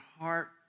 heart